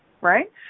right